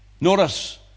Notice